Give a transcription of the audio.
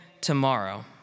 tomorrow